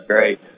Great